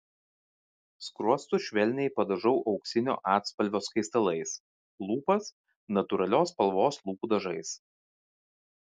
skruostus švelniai padažau auksinio atspalvio skaistalais lūpas natūralios spalvos lūpų dažais